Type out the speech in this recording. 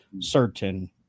certain